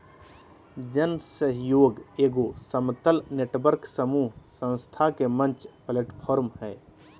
जन सहइोग एगो समतल नेटवर्क समूह संस्था के मंच प्लैटफ़ार्म हइ